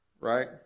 Right